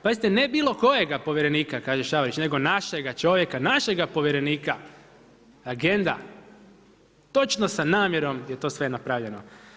Pazite ne bilo kojega povjerenika, kaže Šavorić nego našega čovjeka, našega povjerenika agenda, točno sa namjerom je to sve napravljeno.